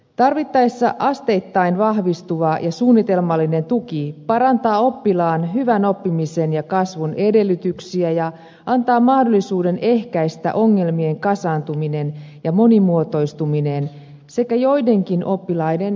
tarvittaessa asteittain vahvistuva ja suunnitelmallinen tuki parantaa oppilaan hyvän oppimisen ja kasvun edellytyksiä ja antaa mahdollisuuden ehkäistä ongelmien kasaantuminen ja monimuotoistuminen sekä joidenkin oppilaiden syrjäytyminen